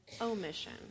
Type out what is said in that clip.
omission